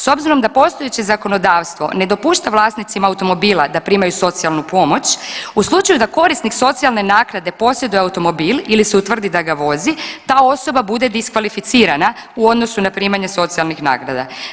S obzirom da postojeće zakonodavstvo ne dopušta vlasnicima automobila da primaju socijalnu pomoć u slučaju da korisnik socijalne naknade posjeduje automobil ili se utvrdi da ga vozi ta osoba bude diskvalificirana u odnosu na primanje socijalnih naknada.